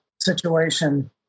situation